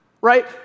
right